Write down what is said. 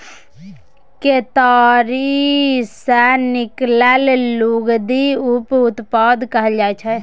केतारी सँ निकलल लुगदी उप उत्पाद कहल जाइ छै